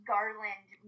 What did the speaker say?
Garland